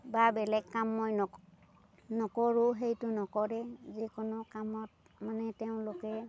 বা বেলেগ কাম মই নকৰোঁ সেইটো নকৰিম যিকোনো কামত মানে তেওঁলোকে